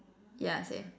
yeah same